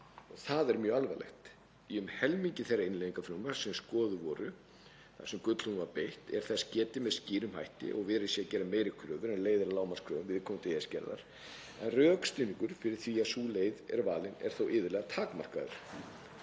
Það er mjög alvarlegt. Í um helmingi þeirra innleiðingarfrumvarpa sem skoðuð voru þar sem gullhúðun var beitt er þess getið með skýrum hætti að verið sé að gera meiri kröfur en leiðir af lágmarkskröfum viðkomandi EES- gerðar. Rökstuðningur fyrir því að sú leið er valin er þó iðulega takmarkaður.